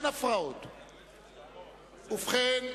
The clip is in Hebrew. ובכן,